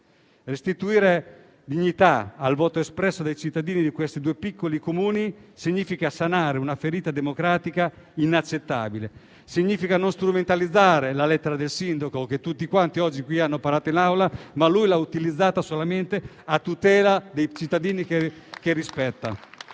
Restituire dignità al voto espresso dai cittadini di questi due piccoli Comuni significa sanare una ferita democratica inaccettabile, significa non strumentalizzare la lettera del sindaco di cui tutti quanti hanno parlato oggi in Aula perché lui l'ha scritta solamente a tutela dei cittadini che rispetta.